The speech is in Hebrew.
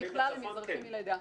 ככלל, הם אזרחים מלידה.